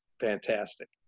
fantastic